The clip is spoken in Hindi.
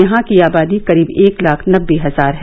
यहां की आबादी करीब एक लाख नब्बे हजार है